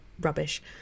rubbish